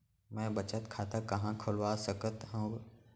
मै बचत खाता कहाँ खोलवा सकत हव?